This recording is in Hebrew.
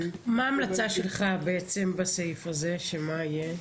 מה ההמלצה שלך בסעיף הזה, שמה יהיה?